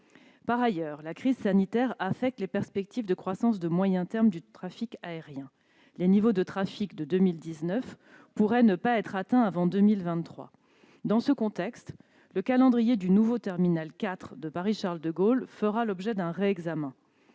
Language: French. Par ailleurs, la crise sanitaire affecte les perspectives de croissance de moyen terme du trafic aérien. Les niveaux de trafic de 2019 pourraient ne pas être atteints avant 2023. Dans ce contexte, le calendrier du nouveau terminal 4 de Paris-Charles-de-Gaulle fera l'objet d'un réexamen.